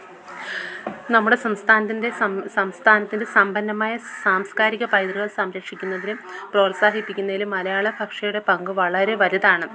നമ്മുടെ സംസ്ഥാനത്തിൻ്റെ സം സംസ്ഥാനത്തിൻ്റെ സമ്പന്നമായ സാംസ്കാരിക പൈതൃകം സംരക്ഷിക്കുന്നതിനും പ്രോത്സാഹിപ്പിക്കുന്നതിലും മലയാള ഭാഷയുടെ പങ്കു വളരെ വലുതാണ്